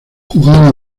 jugaba